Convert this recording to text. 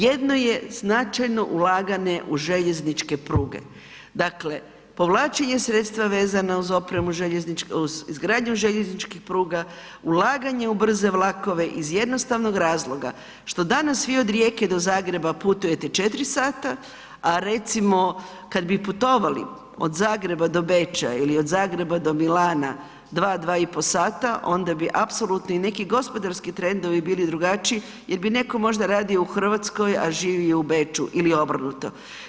Jedno je značajno ulaganje u željezničke pruge, dakle, povlačenje sredstava vezana uz opremu uz, uz izgradnju željezničkih pruga, ulaganje u brze vlakove iz jednostavnog razloga, što danas vi od Rijeke do Zagreba putuje 4 sata, a recimo, kad bi putovali od Zagreba do Beča ili od Zagreba do Milana, 2, 2 i poli sata, onda bi apsolutni i neki gospodarski trendovi bili drugačiji jer bi netko možda radio u Hrvatskoj, a živio u Beču ili obrnuto.